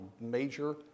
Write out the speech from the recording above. major